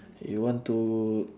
you want to